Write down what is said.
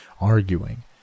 arguing